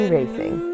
Racing